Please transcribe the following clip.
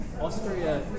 Austria